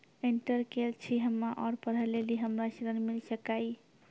Inter केल छी हम्मे और पढ़े लेली हमरा ऋण मिल सकाई?